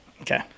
Okay